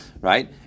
right